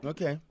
Okay